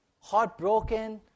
Heartbroken